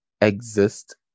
exist